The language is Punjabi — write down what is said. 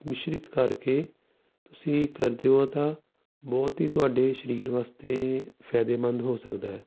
ਮਿਸ਼ਰਿਤ ਕਰਕੇ ਤੁਸੀਂ ਕਰਦੇ ਹੋ ਤਾਂ ਬਹੁਤ ਹੀ ਤੁਹਾਡੇ ਸਰੀਰ ਵਾਸਤੇ ਫਾਇਦੇਮੰਦ ਹੋ ਸਕਦਾ ਹੈ